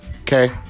Okay